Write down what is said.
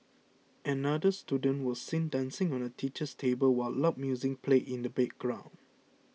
another student was seen dancing on the teacher's table while loud music played in the background